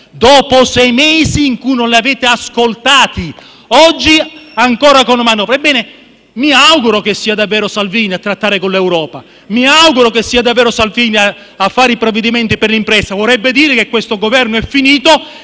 mesi, sei mesi in cui non li avete ascoltati e non lo fate ancora oggi con la manovra. Ebbene, mi auguro che sia davvero Salvini a trattare con l'Europa. Mi auguro che sia davvero Salvini a fare i provvedimenti per le imprese; vorrebbe dire che questo Governo è finito